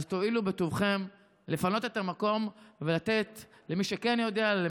אז תואילו בטובכם לפנות את המקום ולתת למי שכן יודע להוביל,